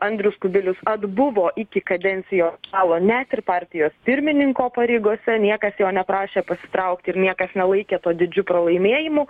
andrius kubilius atbuvo iki kadencijos galo net ir partijos pirmininko pareigose niekas jo neprašė pasitraukti ir niekas nelaikė to didžiu pralaimėjimu